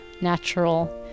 natural